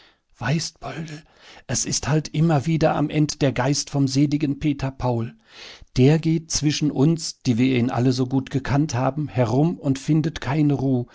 weißt poldl es is halt immer wieder am end der geist vom seligen peter paul der geht zwischen uns die wir ihn alle so gut gekannt haben herum und findet keine ruh